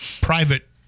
private